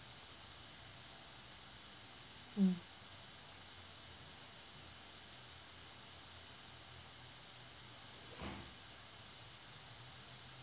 mm